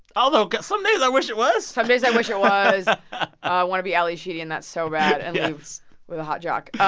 although some days i wish it was some days i wish it was. i want to be ally sheedy in that so bad. and yes. and with a hot jock.